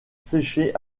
séché